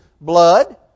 blood